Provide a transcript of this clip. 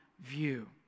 view